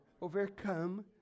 overcome